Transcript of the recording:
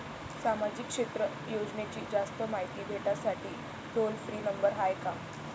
सामाजिक क्षेत्र योजनेची जास्त मायती भेटासाठी टोल फ्री नंबर हाय का?